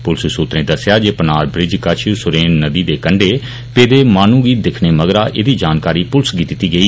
पुलस सुत्रें दस्सेआ जे पनार ब्रिज कश सुरेन नदी दे कण्डे पेदे माहनू गी दिक्खने मगरा एहदी जानकारी पुलस गी दिती गेई